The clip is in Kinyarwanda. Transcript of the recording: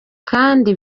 kandi